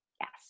Yes